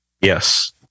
Yes